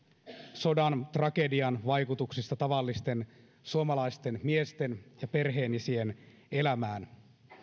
sodan tragedian vaikutuksista tavallisten suomalaisten miesten ja perheenisien elämään